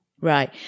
right